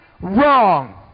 wrong